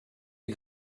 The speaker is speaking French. est